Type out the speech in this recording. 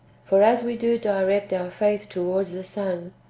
for as we do direct our faith towards the son,